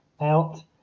out